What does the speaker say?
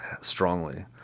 strongly